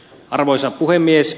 arvoisa puhemies